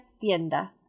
tienda